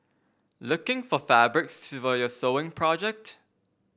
looking for fabrics for your sewing project